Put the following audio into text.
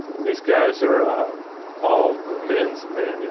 these guys are all men's men. you know